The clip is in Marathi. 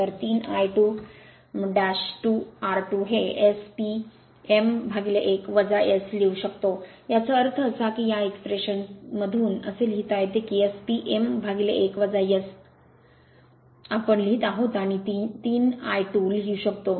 तर 3 I22 r2 हे S P m1 S लिहू शकतो याचा अर्थ असा की या एक्स्प्रेशनतून असे लिहिता येते की S P m1 S आम्ही लिहित आहोत आणि 3 I 2 लिहू शकतो